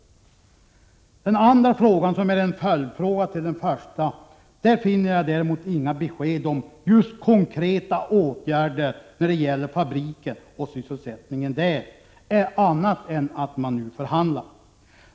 Beträffande den andra frågan, som är en följdfråga till den första, finner jag däremot inga besked om just konkreta åtgärder när det gäller fabriken och sysselsättningen där annat än att man nu förhandlar.